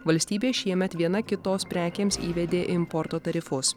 valstybė šiemet viena kitos prekėms įvedė importo tarifus